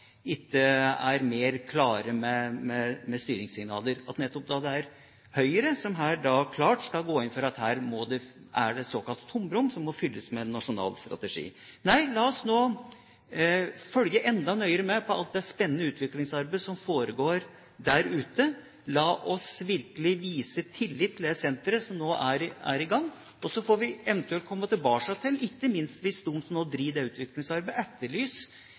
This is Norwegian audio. ikke er mer klar med hensyn til styringssignaler, er det pussig at det nettopp da er Høyre som klart går inn for at her er det et såkalt tomrom som må fylles med nasjonal strategi. Nei, la oss nå følge enda nøyere med på alt det spennende utviklingsarbeidet som foregår der ute. La oss virkelig vise tillit til det senteret som nå er i gang, og så får vi eventuelt komme tilbake til det. Ikke minst hvis de som driver det utviklingsarbeidet, etterlyser